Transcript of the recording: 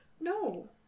No